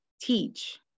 Teach